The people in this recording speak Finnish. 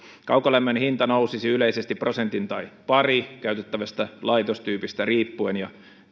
kaukolämmön hinta nousisi yleisesti prosentin tai pari käytettävästä laitostyypistä riippuen ja